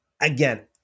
Again